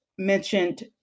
mentioned